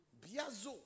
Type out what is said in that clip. Biazo